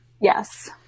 Yes